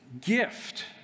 gift